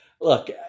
Look